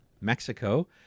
Mexico